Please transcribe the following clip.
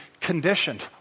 conditioned